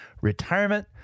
retirement